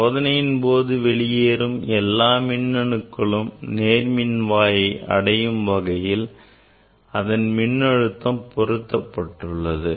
சோதனையின் போது வெளியேறும் எல்லா மின்னணுக்களும் நேர்மின்வாயை அடையும் வகையில் அதன் மின்னழுத்தம் பொருத்தப்பட்டுள்ளது